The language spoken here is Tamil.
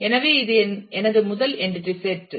எனவே இது எனது முதல் என்டிடி செட்